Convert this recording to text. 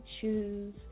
choose